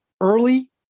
early